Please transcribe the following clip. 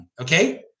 Okay